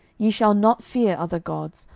ye shall not fear other gods,